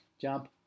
jump